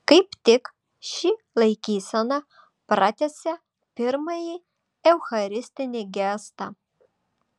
kaip tik ši laikysena pratęsia pirmąjį eucharistinį gestą